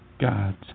God's